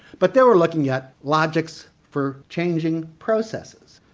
but they were looking at logics for changing processes,